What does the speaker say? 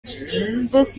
this